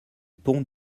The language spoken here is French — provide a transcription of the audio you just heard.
pont